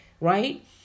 right